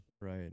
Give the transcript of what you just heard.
right